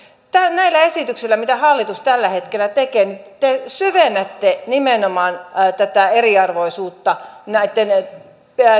näillä esityksillä mitä hallitus tällä hetkellä tekee te syvennätte nimenomaan tätä eriarvoisuutta näitten